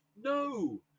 No